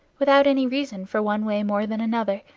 without any reason for one way more than another,